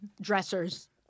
dressers